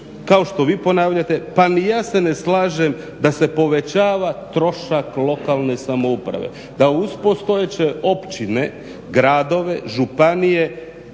kao što vi ponavljate, pa ni ja se ne slažem da se povećava trošak lokalne samouprave, da uz postojeće općine, gradove, županije,